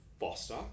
foster